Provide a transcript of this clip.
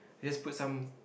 just put some